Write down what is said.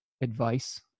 advice